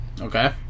Okay